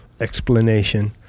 explanation